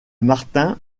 martin